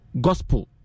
gospel